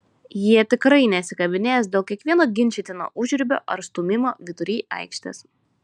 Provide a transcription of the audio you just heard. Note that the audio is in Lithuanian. jie tikrai nesikabinės dėl kiekvieno ginčytino užribio ar stūmimo vidury aikštės